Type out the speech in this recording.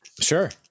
Sure